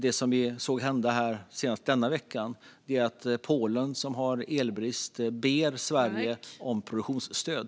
Det som vi såg hända senast denna vecka var att Polen, som har elbrist, bad Sverige om produktionsstöd.